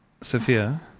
Sophia